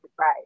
right